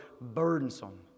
burdensome